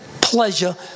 pleasure